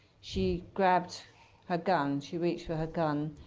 she grabbed her gun, she reached for her gun,